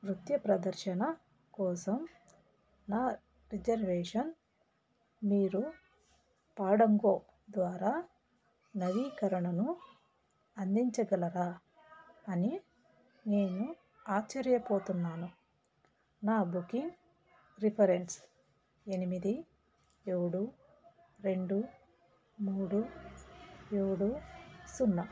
నృత్య ప్రదర్శన కోసం నా రిజర్వేషన్ మీరు ఫాండంగో ద్వారా నవీకరణను అందించగలరా అని నేను ఆశ్చర్యపోతున్నాను నా బుకింగ్ రిఫరెన్స్ ఎనిమిది ఏడు రెండు మూడు ఏడు సున్నా